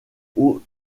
aux